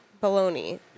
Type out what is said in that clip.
bologna